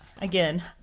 again